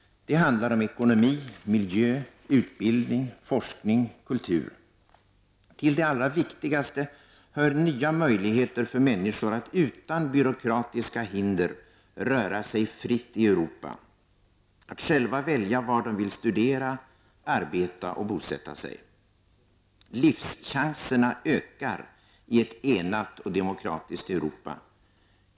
Det handlar om ekonomi, miljö, utbildning, forskning, kultur. Till det allra viktigaste hör nya möjligheter för människor att utan byråkratiska hinder röra sig fritt i Europa -- att själva välja var de vill studera, arbeta och bosätta sig. Livschanserna ökar i ett enat och demokratiskt Europa.